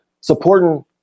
supporting